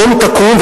קום תקום,